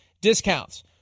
discounts